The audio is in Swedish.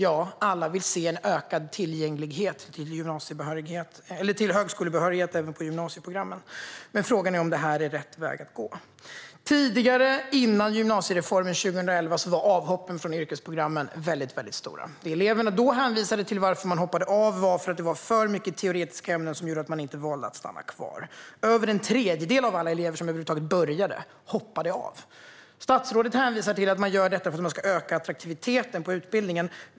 Ja, alla vill se en ökad tillgänglighet till högskolebehörighet även på gymnasieprogrammen. Men frågan är om detta är rätt väg att gå. Tidigare, innan gymnasiereformen 2011, var avhoppen från yrkesprogrammen mycket stora. Det eleverna då hänvisade till som orsak till varför de hoppade av var att det var för mycket teoretiska ämnen som gjorde att de inte valde att stanna kvar. Över en tredjedel av alla elever som över huvud taget började hoppade av. Statsrådet hänvisar till att man lägger fram förslaget för att man ska öka attraktiviteten på utbildningen.